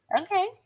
Okay